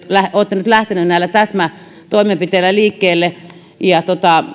olette nyt lähteneet näillä täsmätoimenpiteillä liikkeelle